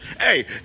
Hey